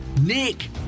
Nick